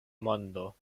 mondo